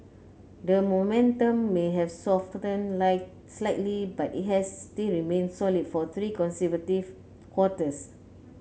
the momentum may have softened slightly but it has still remained solid for three consecutive quarters